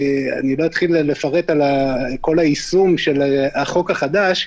לא אתחיל לפרט על כל היישום של החוק החדש,